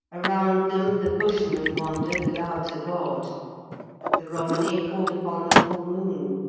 around them the bushmen wandered without a god the romany called upon the full moon.